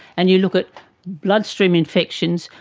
and you look at bloodstream infections,